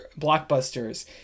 blockbusters